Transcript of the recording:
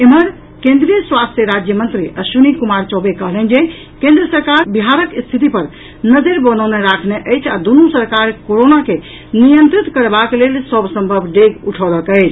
एम्हर केन्द्रीय स्वास्थ्य राज्य मंत्री अश्विनी कुमार चौबे कहलनि जे केन्द्र सरकार बिहारक रिथति पर नजरि बनौने राखने अछि आ दूनु सरकार कोरोना के नियंत्रित करबाक लेल सभ सम्भव डेग उठौलक अछि